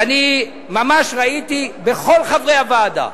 ואני ממש ראיתי בכל חברי הוועדה,